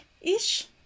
ish